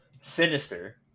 Sinister